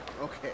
Okay